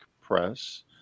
Press